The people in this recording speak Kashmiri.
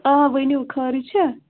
آ ؤنِو خٲرٕے چھا